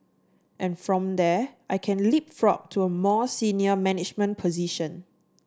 and from there I can leapfrog to a more senior management position